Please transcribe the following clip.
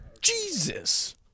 Jesus